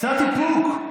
קצת איפוק.